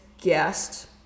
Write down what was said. guest